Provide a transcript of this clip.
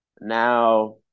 Now